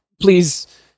please